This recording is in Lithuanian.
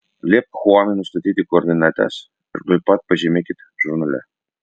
liepk chuanui nustatyti koordinates ir tuoj pat pažymėkit žurnale